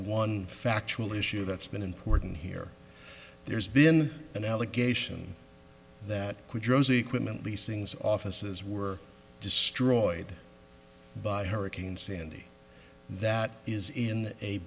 one factual issue that's been important here there's been an allegation that the equipment leasing offices were destroyed by hurricane sandy that is in a